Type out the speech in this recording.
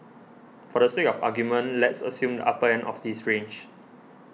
for the sake of argument let's assume the upper end of this range